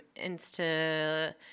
insta